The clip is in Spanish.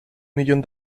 millón